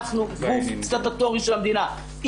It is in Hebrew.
אנחנו גוף סטטוטורי של המדינה.